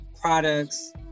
products